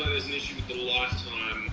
an issue with the lifetime.